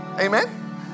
Amen